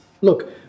look